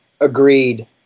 Agreed